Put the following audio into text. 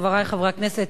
חברי חברי הכנסת,